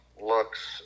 looks